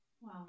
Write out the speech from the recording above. Wow